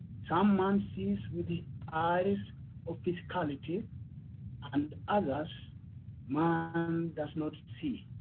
some man sees with the eyes of physicality and others man does not see.